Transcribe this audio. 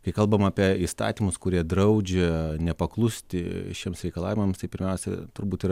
kai kalbam apie įstatymus kurie draudžia nepaklusti šiems reikalavimams tai pirmiausia turbūt yra